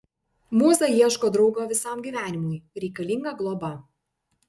mūza ieško draugo visam gyvenimui reikalinga globa